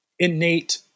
innate